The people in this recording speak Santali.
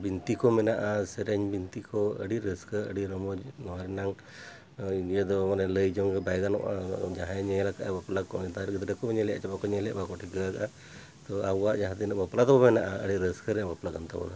ᱵᱤᱱᱛᱤ ᱠᱚ ᱢᱮᱱᱟᱜᱼᱟ ᱥᱮᱨᱮᱧ ᱵᱤᱱᱛᱤ ᱠᱚ ᱟᱹᱰᱤ ᱨᱟᱹᱥᱠᱟᱹ ᱟᱹᱰᱤ ᱨᱚᱢᱚᱡᱽ ᱱᱚᱣᱟ ᱨᱮᱱᱟᱜ ᱤᱭᱟᱹ ᱫᱚ ᱢᱟᱱᱮ ᱞᱟᱹᱭ ᱡᱚᱝᱜᱮ ᱵᱟᱭ ᱜᱟᱱᱚᱜᱼᱟ ᱡᱟᱦᱟᱸᱭ ᱧᱮᱞ ᱟᱠᱟᱫᱟ ᱵᱟᱯᱞᱟ ᱠᱚ ᱫᱟᱨᱮ ᱜᱤᱫᱽᱨᱟᱹ ᱠᱚ ᱧᱮᱞᱮᱜᱼᱟ ᱪᱮᱫ ᱵᱟᱠᱚ ᱧᱮᱞᱮᱜᱼᱟ ᱵᱟᱠᱚ ᱴᱷᱤᱠᱟᱹᱼᱟ ᱛᱚ ᱟᱵᱚᱣᱟᱜ ᱡᱟᱦᱟᱸ ᱛᱤᱱᱟᱹᱜ ᱵᱟᱯᱞᱟ ᱫᱚᱵᱚ ᱢᱮᱱᱟᱜᱼᱟ ᱟᱹᱰᱤ ᱨᱟᱹᱥᱠᱟᱹ ᱨᱮᱱᱟᱜ ᱵᱟᱯᱞᱟ ᱠᱟᱱ ᱛᱟᱵᱚᱱᱟ